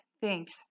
thanks